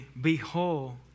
behold